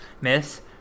Miss